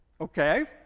Okay